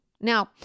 Now